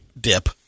dip